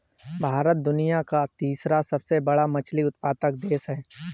भारत दुनिया का तीसरा सबसे बड़ा मछली उत्पादक देश है